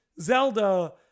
zelda